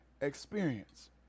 experience